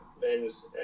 men's